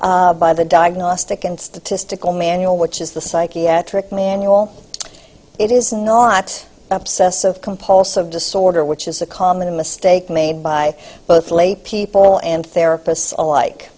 by the diagnostic and statistical manual which is the psychiatric manual it is not obsessive compulsive disorder which is a common mistake made by both laypeople and therapists